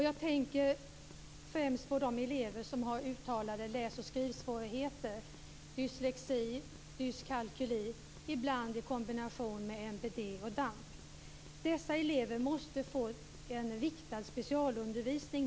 Jag tänker främst på elever som har uttalade läs och skrivsvårigheter, dyslexi, och dyskalkyli - ibland i kombination med MBD och DAMP. Dessa elever måste nu få riktad specialundervisning.